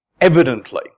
evidently